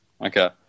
Okay